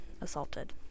assaulted